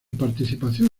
participación